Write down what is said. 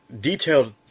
detailed